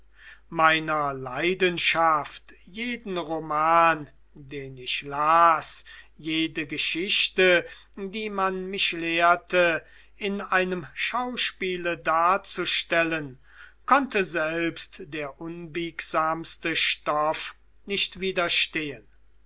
meiner leidenschaft jeden roman den ich las jede geschichte die man mich lehrte in einem schauspiele darzustellen konnte selbst der unbiegsamste stoff nicht widerstehen